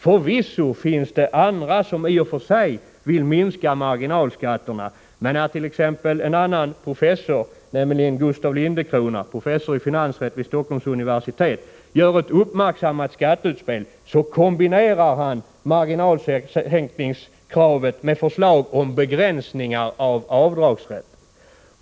Förvisso finns det andra som i och för sig vill minska marginalskat terna, men närt.ex. professorn i finansrätt vid Stockholms universitet Gustaf Lindencrona gör ett uppmärksammat skatteutspel, kombinerar han margi nalskattesänkningskravet med förslag om begränsningar av avdragsrätten.